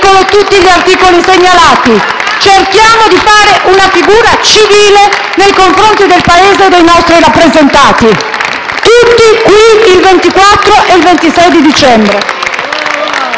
tutti gli articoli segnalati. Cerchiamo di fare una figura civile nei confronti del Paese e dei nostri rappresentati: tutti qui il 24 e il 26 dicembre.